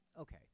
Okay